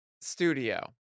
studio